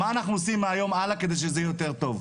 מה אנחנו עושים מהיום הלאה כדי שיהיה יותר טוב.